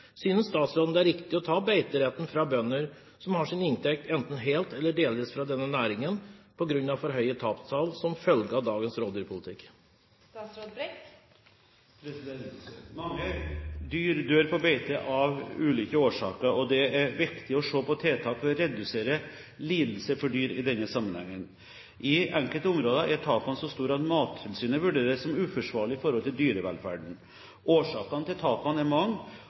Synes statsråden det er riktig å ta beiteretten fra bønder som har sin inntekt enten helt eller delvis fra denne næringen, på grunn av for høye tapstall som følge av dagens rovdyrpolitikk?» Mange dyr dør på beite, av ulike årsaker, og det er viktig å se på tiltak for å redusere lidelsen for dyr i denne sammenheng. I enkelte områder er tapene så store at Mattilsynet vurderer det som uforsvarlig i forhold til dyrevelferden. Årsakene til tapene er mange,